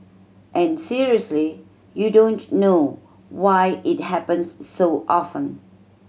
and seriously you don't know why it happens so often